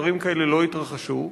דברים כאלה לא יתרחשו.